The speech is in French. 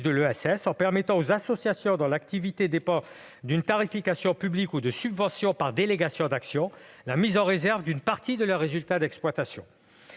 de l'ESS, en permettant aux associations dont l'activité dépend d'une tarification publique ou de subventions pour délégation d'action la mise en réserve d'une partie de leur résultat d'exploitation.